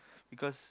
because